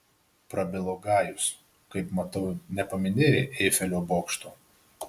prabilo gajus kaip matau nepaminėjai eifelio bokšto